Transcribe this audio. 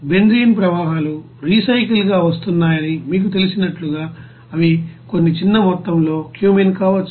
benzene ప్రవాహాలు రీసైకిల్గా వస్తున్నాయని మీకు తెలిసినట్లుగా అవి కొన్ని చిన్న మొత్తంలో క్యూమెన్ కావచ్చు